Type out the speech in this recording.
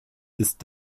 ist